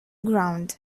ground